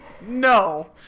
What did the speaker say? No